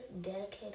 dedicated